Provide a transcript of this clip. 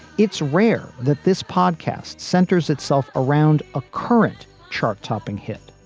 it's rare that this podcast centers itself around a current chart topping hit.